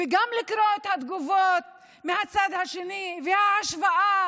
וגם לקרוא את התגובות מהצד השני, ההשוואה